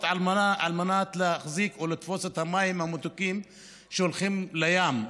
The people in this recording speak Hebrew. על מנת להחזיק או לתפוס את המים המתוקים שהולכים לים,